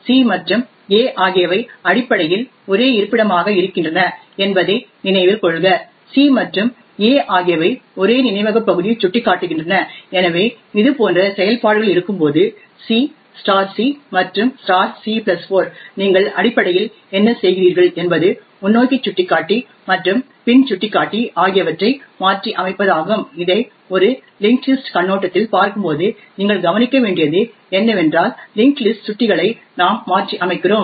c மற்றும் a ஆகியவை அடிப்படையில் ஒரே இருப்பிடமாக இருக்கின்றன என்பதை நினைவில் கொள்க c மற்றும் a ஆகியவை ஒரே நினைவக பகுதியை சுட்டிக்காட்டுகின்றன எனவே இது போன்ற செயல்பாடுகள் இருக்கும்போது c c மற்றும் c4 நீங்கள் அடிப்படையில் என்ன செய்கிறீர்கள் என்பது முன்னோக்கி சுட்டிக்காட்டி மற்றும் பின் சுட்டிக்காட்டி ஆகியவற்றை மாற்றியமைப்பதாகும் இதை ஒரு லிஙஂகஂடஂ லிஸஂடஂ கண்ணோட்டத்தில் பார்க்கும்போது நீங்கள் கவனிக்க வேண்டியது என்னவென்றால் லிஙஂகஂடஂ லிஸஂடஂ சுட்டிகளை நாம் மாற்றியமைக்கிறோம்